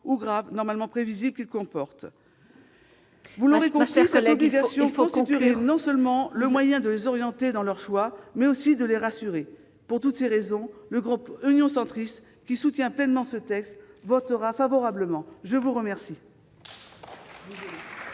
ou graves normalement prévisibles qu'ils comportent. Il faut conclure, ma chère collègue. Vous l'aurez compris, cette obligation constituerait non seulement le moyen de les orienter dans leurs choix, mais aussi de les rassurer. Pour toutes ces raisons, le groupe Union Centriste, qui soutient pleinement ce texte, votera favorablement. La parole